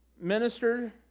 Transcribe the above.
minister